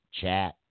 Chat